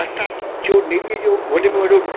असांजो नेवीअ जो वॾे में वॾो